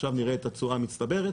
עכשיו נראה את התשואה המצטברת,